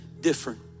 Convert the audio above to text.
different